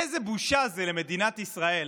איזו בושה למדינת ישראל